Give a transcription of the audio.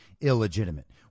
illegitimate